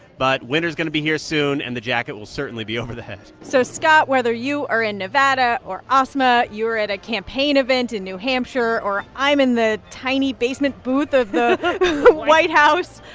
but winter's going to be here soon, and the jacket will certainly be over the hat so, scott, whether you are in nevada or, asma, you are at a campaign event in new hampshire or i'm in the tiny basement booth of the white house,